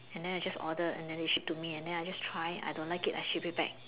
and then I just order and then they ship to me and then I just try I don't like it I ship it back